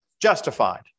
justified